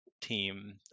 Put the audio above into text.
team